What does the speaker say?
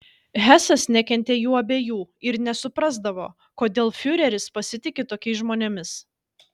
hesas nekentė jų abiejų ir nesuprasdavo kodėl fiureris pasitiki tokiais žmonėmis